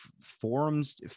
forums